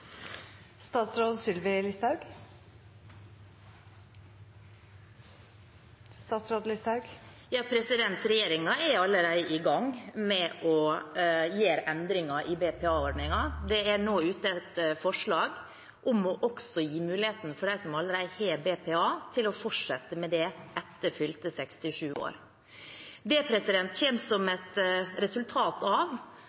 er allerede i gang med å gjøre endringer i BPA-ordningen. Det er nå ute et forslag om også å gi muligheten for dem som allerede har BPA, til å fortsette med det etter fylte 67 år. Det kommer som et resultat av at en enkeltperson i Sande gjorde oss oppmerksom på hvilke utfordringer de som